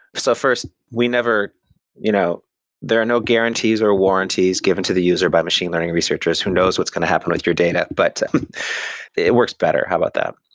so first, we never you know there are no guarantees or warranties given to the user by machine learning researchers who knows what's going to happen with your data, but it works better, how about that?